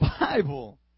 Bible